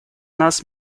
нас